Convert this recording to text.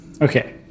Okay